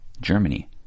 germany